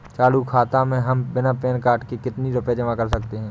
चालू खाता में हम बिना पैन कार्ड के कितनी रूपए जमा कर सकते हैं?